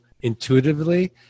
intuitively